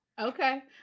Okay